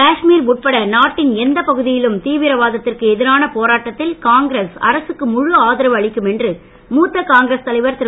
காஷ்மீர் உட்பட நாட்டின் எந்த பகுதியிலும் தீவிரவாதத்திற்கு எதிரான போராட்டத்தில் காங்கிரஸ் அரசுக்கு முழு ஆதரவு அளிக்கும் என்று மூத்த காங்கிரஸ் தலைவர் திரு